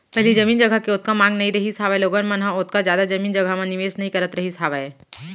पहिली जमीन जघा के ओतका मांग नइ रहिस हावय लोगन मन ह ओतका जादा जमीन जघा म निवेस नइ करत रहिस हावय